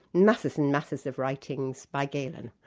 masses and masses of writings by galen,